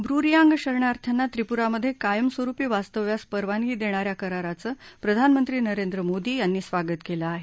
हु रियांग शरणार्थ्याना त्रिपूरामधे कायम स्वरुपी वास्तव्यास परवानगी देणाऱ्या कराराचं प्रधानमंत्री नरेंद्र मोदी यांनी स्वागत केलं आहे